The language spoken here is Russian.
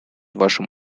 вашим